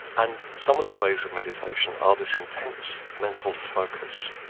and some of the phases of meditation are this intense mental focus,